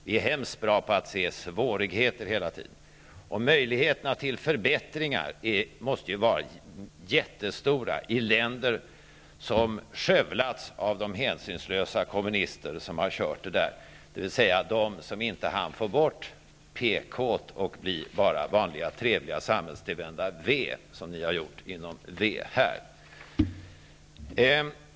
Vi är väldigt bra på att hela tiden se svårigheter. Möjligheterna till förbättringar måste ju var jättestora i länder som skövlats av de hänsynslösa kommunister som har styrt, dvs. de som inte hann få bort ''pk:t'' och bli bara vanliga, trevliga och samhällstillvända ''v'', så som ni har blivit inom ''v'' här i Sverige.